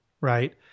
right